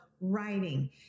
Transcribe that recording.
writing